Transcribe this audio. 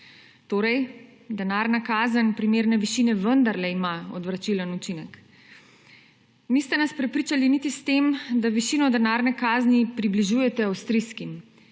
Torej denarna kazen primerne višine vendarle ima odvračilen učinek. Niste nas prepričali niti s tem, da višino denarne kazni približujete avstrijskim,